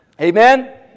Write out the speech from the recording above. Amen